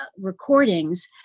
recordings